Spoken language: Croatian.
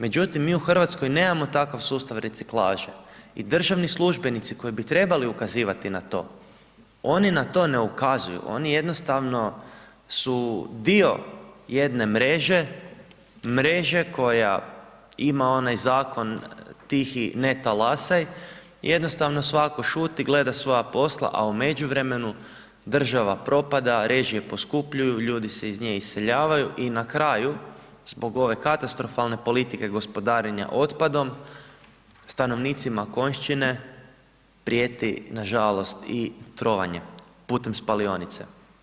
Međutim, mi u Hrvatskoj nemamo takav sustav reciklaže i državni službenici koji bi trebali ukazivati na to oni na to ne ukazuju, oni jednostavno su dio jedne mreže, mreže koja ima onaj zakon tihi ne talasaj, jednostavno svako šuti gleda svoja posla, a u međuvremenu država propada, režije poskupljuju, ljudi se iz nje iseljavaju i na kraju zbog ove katastrofalne politike gospodarenja otpadom stanovnicima Konjšćine prijeti nažalost i trovanje putem spalionice.